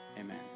Amen